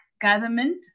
government